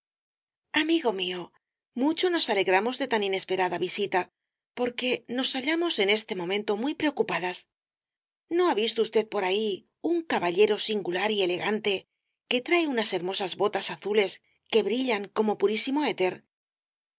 amigo mío mucho nos alegramos de tan inesperada visita porque nos hallamos en este momento muy preocupadas no ha visto usted por ahí un caballero singular y elegante que trae unas hermosas botas azules que brillan como purísimo éter